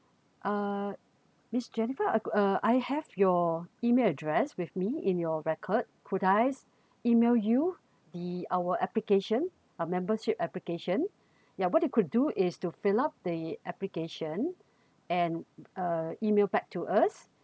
uh miss jennifer uh I have your email address with me in your record could I email you the our application our membership application yeah what you could do is to fill up the application and uh email back to us